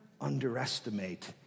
underestimate